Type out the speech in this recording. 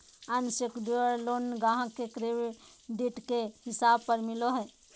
unsecured loan ग्राहक के credit के हिसाब पर मिलो हय